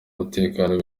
umutekano